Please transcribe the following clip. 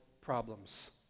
problems